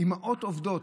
אימהות עובדות,